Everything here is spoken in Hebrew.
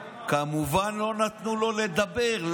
כמובן לא נתנו לו לדבר.